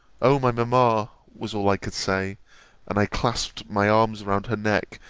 o my mamma! was all i could say and i clasped my arms round her neck,